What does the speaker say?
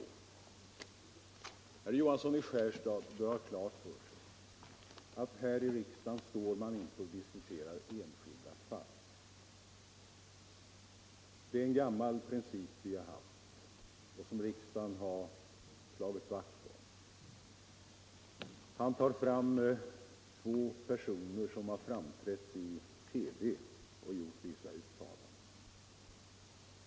Herr Johansson i Skärstad bör ha klart för sig att man här i riksdagen inte diskuterar enskilda fall. Det är en gammal princip som riksdagen slagit vakt om. Han talar om två personer som har framträtt i TV och gjort vissa uttalanden.